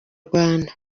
rwanda